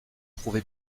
prouver